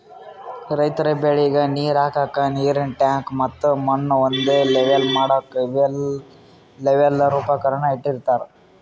ರೈತರ್ ಬೆಳಿಗ್ ನೀರ್ ಹಾಕ್ಕಕ್ಕ್ ನೀರಿನ್ ಟ್ಯಾಂಕ್ ಮತ್ತ್ ಮಣ್ಣ್ ಒಂದೇ ಲೆವೆಲ್ ಮಾಡಕ್ಕ್ ಲೆವೆಲ್ಲರ್ ಉಪಕರಣ ಇಟ್ಟಿರತಾರ್